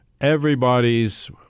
everybody's